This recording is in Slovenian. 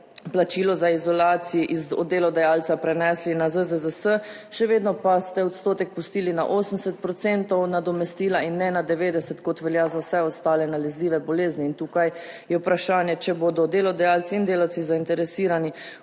plačilo za izolacije od delodajalca prenesli na ZZZS, še vedno pa ste odstotek pustili na 80 % nadomestila in ne na 90, kot velja za vse ostale nalezljive bolezni in tukaj je vprašanje, če bodo delodajalci in delavci zainteresirani,